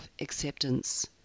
acceptance